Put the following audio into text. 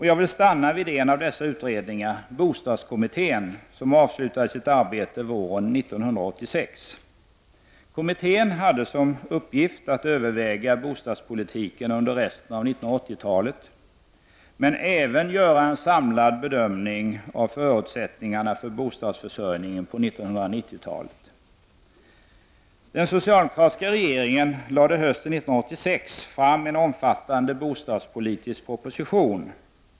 Jag vill stanna vid en av dessa utredningar, bostadskommittén, som avslutade sitt arbete våren 1986. Kommittén hade som uppgift att överväga bostadspolitiken under resten av 1980-talet, men även göra en samlad bedömning av förutsättningarna för bostadsförsörjningen på 1990-talet. Den socialdemokratiska regeringen lade hösten 1986 fram en omfattande bostadspolitisk proposition.